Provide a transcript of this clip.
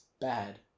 bad